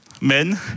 men